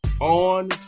on